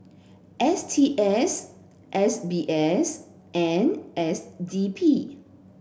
S T S S B S and S D P